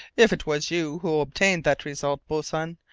if it was you who obtained that result, boatswain,